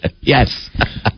Yes